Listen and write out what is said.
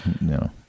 no